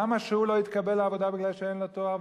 למה שהוא לא יתקבל לעבודה מפני שאין לו תואר,